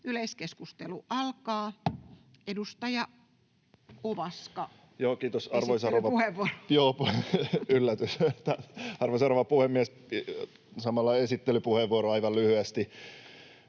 Yleiskeskustelu alkaa, edustaja Ovaska, esittelypuheenvuoro. Arvoisa rouva puhemies! Samalla esittelypuheenvuoro aivan lyhyesti